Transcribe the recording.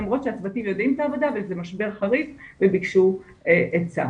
למרות שהצוותים יודעים את העבודה וזה משבר חריף וביקשו עצה.